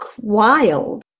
wild